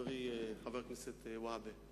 חברי חבר הכנסת והבה.